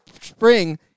spring